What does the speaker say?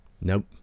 nope